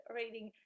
reading